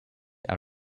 out